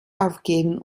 aufgeben